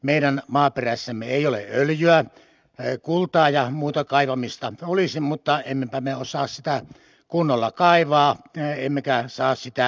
meidän maaperässämme ei ole öljyä kultaa ja muuta kaivamista olisi mutta emmepä me osaa sitä kunnolla kaivaa emmekä saa sitä myyntiin